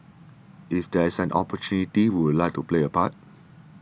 if there is an opportunity we would like to play a part